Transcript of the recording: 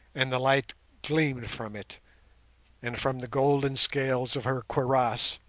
and the light gleamed from it and from the golden scales of her cuirass.